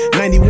91